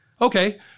Okay